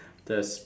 there's